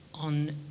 on